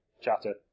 chatter